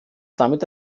damit